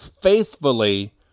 faithfully